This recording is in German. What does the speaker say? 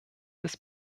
des